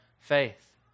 Faith